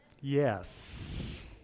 Yes